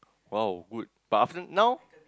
!wow! good but after now